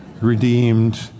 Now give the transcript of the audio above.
redeemed